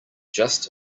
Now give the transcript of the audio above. just